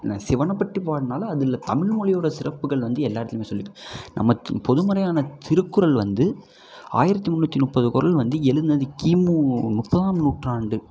நான் சிவனை பற்றி பாடினாலும் அதில் தமிழ்மொழியோட சிறப்புகள் வந்து எல்லாத்துலையுமே சொல்லி நம்மக்கு பொதுமறையான திருக்குறள் வந்து ஆயிரத்து முந்நூற்றி முப்பது குறள் வந்து எழுதுனது கிமு முப்பதாம் நூற்றாண்டு